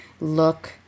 look